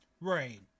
Right